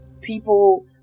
People